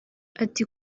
ati